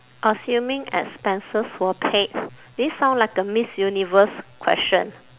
assuming expenses were paid this sound like a miss universe question